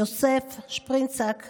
יוסף שפרינצק ז"ל:"